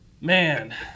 Man